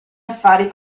affari